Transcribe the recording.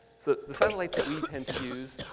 so the satellites that we tend to use,